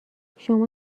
شما